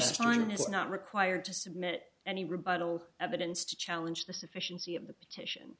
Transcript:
is not required to submit any rebuttal evidence to challenge the sufficiency of the petition